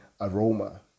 aroma